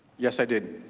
yes i did.